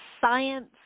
science